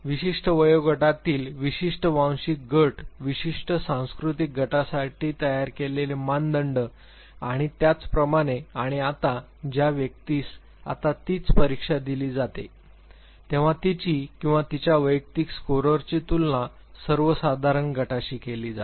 विशिष्ट वयोगटातील विशिष्ट वांशिक गट विशिष्ट सांस्कृतिक गटासाठी तयार केलेले मानदंड आणि त्याचप्रमाणे आणि आता ज्या व्यक्तीस आता तीच परीक्षा दिली जाते तेव्हा तिची किंवा तिच्या वैयक्तिक स्कोअरची तुलना सर्वसाधारण गटाशी केली जाते